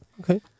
Okay